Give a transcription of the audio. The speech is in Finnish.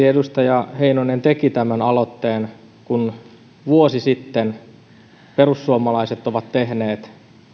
edustaja heinonen teki tämän aloitteen kun vuosi sitten perussuomalaiset ovat jo tehneet